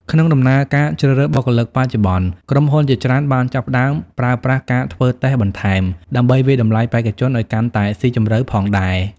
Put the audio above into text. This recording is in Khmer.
ក្នុងដំណើរការជ្រើសរើសបុគ្គលិកបច្ចុប្បន្ន ក្រុមហ៊ុនជាច្រើនបានចាប់ផ្ដើមប្រើប្រាស់ការធ្វើតេស្តបន្ថែម ដើម្បីវាយតម្លៃបេក្ខជនឲ្យកាន់តែស៊ីជម្រៅផងដែរ។